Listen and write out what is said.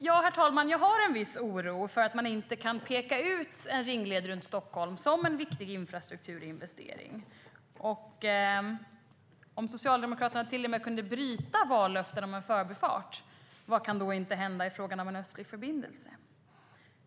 Jag har alltså en viss oro, herr talman, för att man inte kan peka ut en ringled runt Stockholm som en viktig infrastrukturinvestering. Om Socialdemokraterna till och med kunde bryta vallöften om Förbifarten, vad kan då inte hända i frågan om en östlig förbindelse?